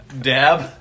Dab